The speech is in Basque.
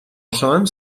osoan